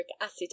acid